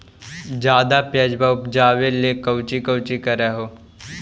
ज्यादा प्यजबा उपजाबे ले कौची कौची कर हो?